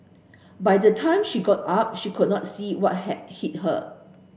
by the time she got up she could not see what had hit her